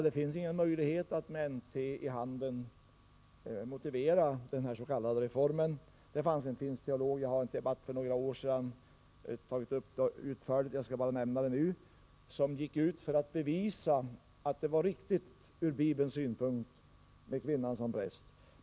Det finns ingen möjlighet att med Nya testamentet i handen motivera den härs.k. reformen. En finsk teolog — jag tog upp detta utförligt i en debatt för några år sedan och skall bara nämna det nu — gick ut för att bevisa att det var riktigt ur Bibelns synpunkt med kvinnan som präst.